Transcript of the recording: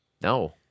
no